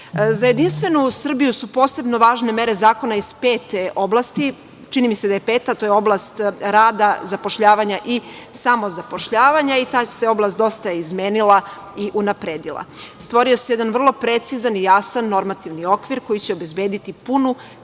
Jedinstvenu Srbiju su posebno važne mere zakona iz pete oblasti, čini mi se da je peta, a to je oblast rada, zapošljavanja i samozapošljavanja i ta se oblast dosta izmenila i unapredila. Stvorio se jedan vrlo precizan i jasan normativan okvir koji će obezbediti punu